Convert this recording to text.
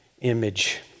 image